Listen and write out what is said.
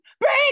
break